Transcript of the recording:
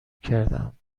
کردم